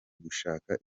gushaka